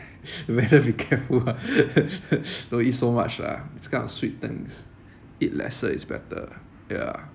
you better be careful ah don't eat so much lah these kind of sweet things eat lesser is better ya